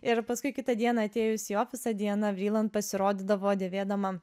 ir paskui kitą dieną atėjus į ofisą diana vriland pasirodydavo dėvėdama